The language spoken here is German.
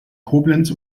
koblenz